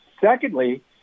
Secondly